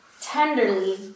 tenderly